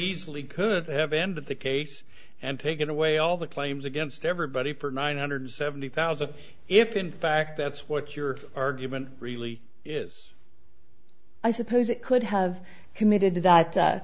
easily could have ended the case and taken away all the claims against everybody for nine hundred seventy thousand if in fact that's what your argument really is i suppose it could have committed that that